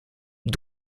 ils